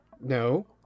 No